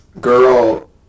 Girl